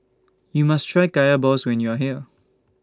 YOU must Try Kaya Balls when YOU Are here